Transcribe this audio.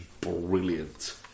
brilliant